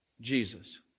Jesus